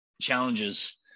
challenges